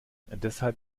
deshalb